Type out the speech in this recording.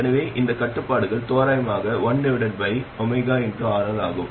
எனவே இந்த கட்டுப்பாடுகள் தோராயமாக அது 1RLஆகும்